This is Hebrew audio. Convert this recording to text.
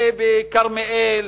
ובכרמיאל,